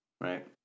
right